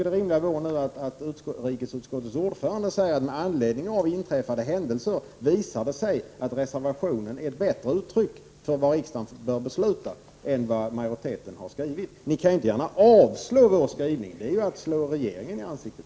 Det naturliga vore nu att utrikesutskottets ordförande säger att det med anledning av inträffade händelser visar sig att reservationen ger bättre uttryck för vad riksdagen bör besluta än vad majoriteten har skrivit. Ni kan inte gärna avstyrka vår skrivning. Det är ju att slå regeringen i ansiktet.